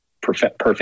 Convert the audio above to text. perfect